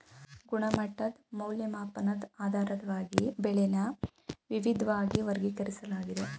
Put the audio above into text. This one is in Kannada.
ಗುಣಮಟ್ಟದ್ ಮೌಲ್ಯಮಾಪನದ್ ಆಧಾರದ ಮೇಲೆ ಬೆಳೆನ ವಿವಿದ್ವಾಗಿ ವರ್ಗೀಕರಿಸ್ಲಾಗಿದೆ